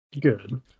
Good